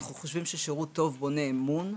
אנחנו חושבים ששירות טוב בונה אמון,